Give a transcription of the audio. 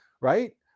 right